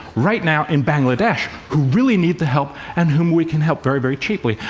right now, in bangladesh, who really need the help, and whom we can help very, very cheaply?